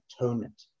atonement